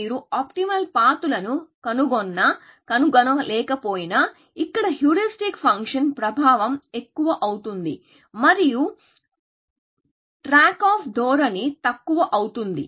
మీరు optimal paths లను కనుగొన్నా కనుగొనలేకపోయినా ఇక్కడా హ్యూరిస్టిక్ ఫంక్షన్ ప్రభావం ఎక్కువ అవుతుందిమరియు ట్రాక్ ఆఫ్ ధోరణి తక్కువ అవుతుంది